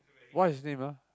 what his name ah